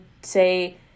say